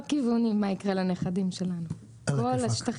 מה יקרה לנכדים שלנו על כל הכיוונים.